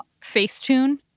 Facetune